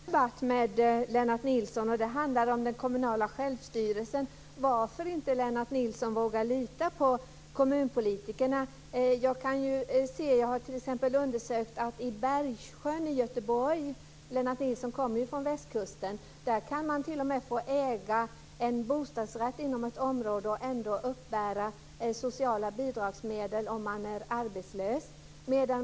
Fru talman! Då ska jag i stället ta en annan debatt med Lennart Nilsson. Den handlar om den kommunala självstyrelsen. Varför vågar inte Lennart Nilsson lita på kommunpolitikerna? Jag har t.ex. tagit reda på att i Bergsjön i Göteborg - Lennart Nilsson kommer ju från västkusten - kan man t.o.m. få äga en bostadsrätt inom ett område och ändå uppbära sociala bidragsmedel om man är arbetslös.